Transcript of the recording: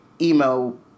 emo